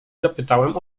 zapytałem